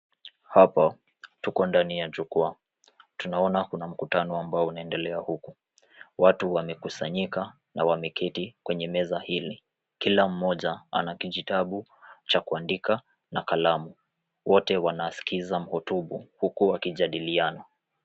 Hapa tuko ndani ya jukwaa. Tunaona kuna mkutano ambao unaendelea huku. Watu wamekusanyika na wameketi kwenye meza hili. Kila mmoja ana kijitabu cha kuandika na kalamu. Wote wanasikiza mhutubu huku wakijadiliana.